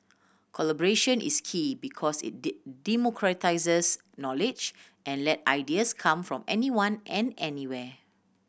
collaboration is key because it democratises knowledge and let ideas come from anyone and anywhere